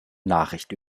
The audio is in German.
nachricht